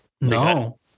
No